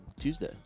Tuesday